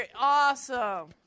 Awesome